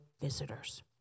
visitors